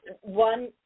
one